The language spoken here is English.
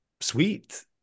sweet